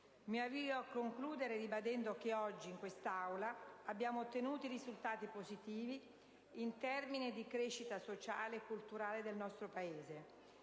Mi avvio a concludere ribadendo che oggi, in quest'Aula, abbiamo ottenuto risultati positivi in termini di crescita sociale e culturale del nostro Paese,